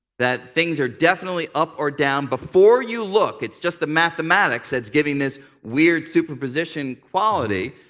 that things are definitely up or down before you look, it's just the mathematics that's giving this weird superposition quality.